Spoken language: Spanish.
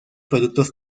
productos